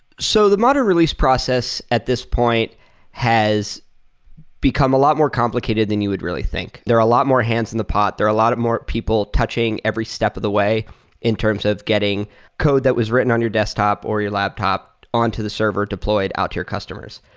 so the modern release process at this point has become a lot more complicated than you would really think. there are a lot more hands in the pot. there are a lot of more people touching every step of the way in terms of getting code that was written on your desktop or your laptop on to the server deployed out to your customers.